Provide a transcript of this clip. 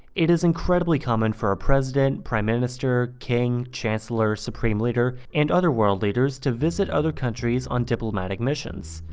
it is incredibly common for a president, prime minister, king, chancellor, supreme leader, and other world leaders to visit other countries on diplomatic missions.